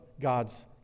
God's